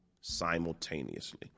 simultaneously